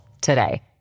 today